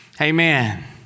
amen